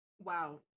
Wow